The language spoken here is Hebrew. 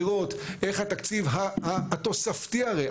לראות איך התקציב התוספתי הרי,